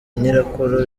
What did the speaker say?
nyirakuru